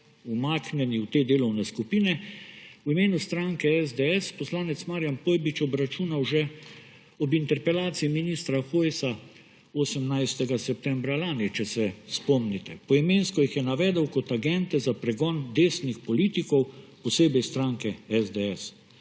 umaknjeni v te delovne skupine, v imenu stranke SDS poslanec Marijan Pojbič obračunal že ob interpelaciji ministra Hojsa 18. septembra lani, če se spomnite. Poimensko jih je navedel kot agente za pregon desnih politikov, posebej stranke SDS.